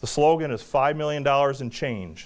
the slogan is five million dollars and change